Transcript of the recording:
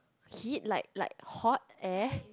heat like like hot air